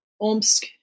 Omsk